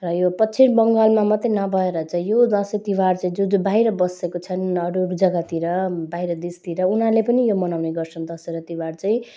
र यो पश्चिम बङ्गालमा मात्र नभएर चाहिँ यो दसैँ तिहार चाहिँ जो जो बाहिर बसेका छन् अरू अरू जगातिर बाहिर देशतिर उनीहरूले पनि यो मनाउने गर्छन् दसैँ र तिहार चाहिँ